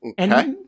Okay